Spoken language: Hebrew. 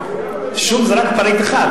שום זה רק פריט אחד.